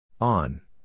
On